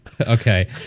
okay